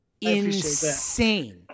insane